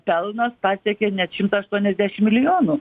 pelnas pasiekė net šimtą aštuoniasdešim milijonų